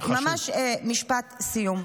ממש משפט סיום.